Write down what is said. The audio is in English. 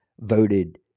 voted